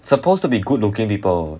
supposed to be good looking people